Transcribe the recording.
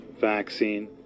vaccine